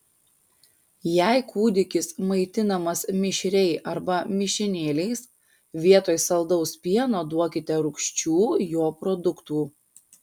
jei kūdikis maitinamas mišriai arba mišinėliais vietoj saldaus pieno duokite rūgščių jo produktų